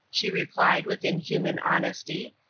she replied, with inhuman honesty.